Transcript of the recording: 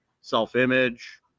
self-image